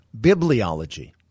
bibliology